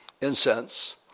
incense